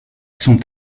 sont